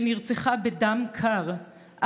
שנרצחה בדם קר,